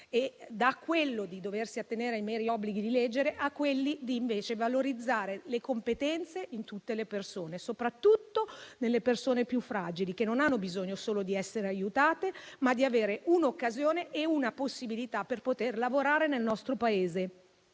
da quello di doversi attenere ai meri obblighi di legge a quello invece di valorizzare le competenze in tutte le persone, soprattutto in quelle più fragili, che hanno bisogno non solo di essere aiutate, ma anche di avere un'occasione e una possibilità per poter lavorare nel nostro Paese